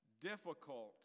difficult